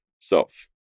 self